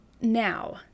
Now